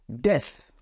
death